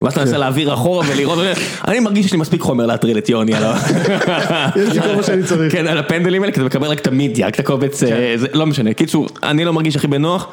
ואז אתה מנסה להעביר אחורה ולראות, אני מרגיש שיש לי מספיק חומר להטריל את יוני על הפנדלים האלה, כי זה מקבל רק את המידיה, רק את הקובץ, לא משנה, אני לא מרגיש הכי בנוח.